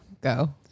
go